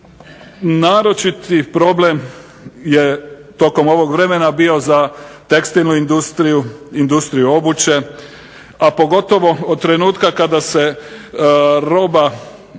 Naročiti problem je tokom ovog vremena bio za tekstilnu industriju, industriju obuće, a pogotovo od trenutka kada se roba